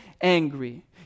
angry